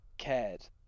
cared